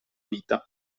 vita